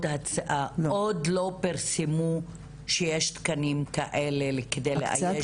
עוד לא פרסמו שיש תקנים כאלה כדי לאייש אותם?